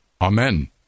Amen